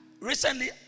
recently